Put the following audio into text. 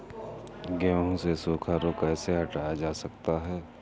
गेहूँ से सूखा रोग कैसे हटाया जा सकता है?